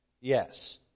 Yes